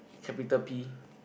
capital P